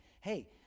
Hey